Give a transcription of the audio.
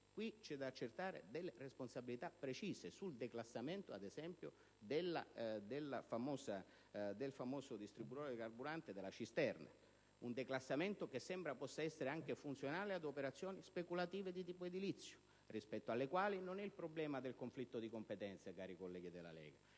ci sono da accertare responsabilità precise, ad esempio, sul declassamento del famoso distributore di carburante e della cisterna. Un declassamento che sembra possa essere anche funzionale ad operazioni speculative di tipo edilizio, rispetto alle quali non vi è tanto un problema di conflitto di competenza, colleghi della Lega,